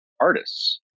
artists